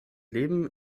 leben